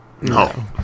No